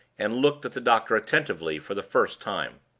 and looked at the doctor attentively for the first time.